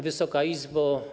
Wysoka Izbo!